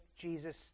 Jesus